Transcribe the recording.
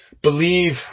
believe